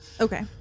Okay